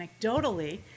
anecdotally